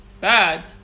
bad